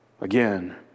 Again